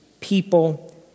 people